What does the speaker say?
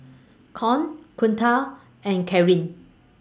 Con Kunta and Kareen